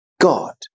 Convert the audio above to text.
God